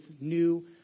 new